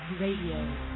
Radio